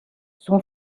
son